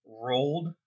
rolled